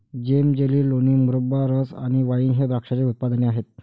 जेम, jelly, लोणी, मुरब्बा, रस आणि वाइन हे द्राक्षाचे उत्पादने आहेत